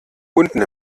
unten